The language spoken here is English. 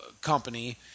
company